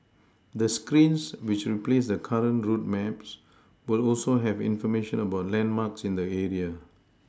the screens which replace the current route maps will also have information about landmarks in the area